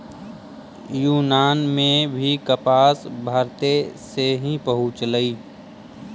यूनान में भी कपास भारते से ही पहुँचलई